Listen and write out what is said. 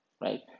right